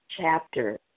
chapter